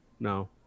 No